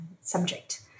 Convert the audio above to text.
subject